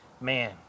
man